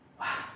Wow